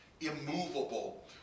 immovable